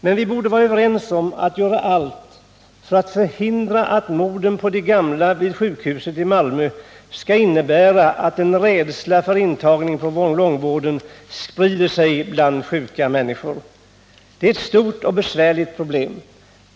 Men vi borde vara överens om att göra allt för att förhindra att morden på de gamla vid sjukhuset i Malmö medför att en rädsla för intagning på långvården sprider sig bland sjuka människor. Detta är ett stort och besvärligt problem.